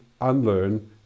unlearn